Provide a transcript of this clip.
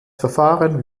verfahren